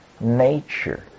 Nature